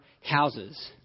houses